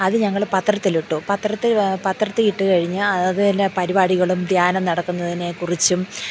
അത് ഞങ്ങൾ പത്രത്തിലിട്ടു പത്രത്തിൽ പത്രത്തിൽ ഇട്ടു കഴിഞ്ഞൂ അതിലെ പരിപാടികളും ധ്യാനം നടക്കുന്നതിനെക്കുറിച്ചും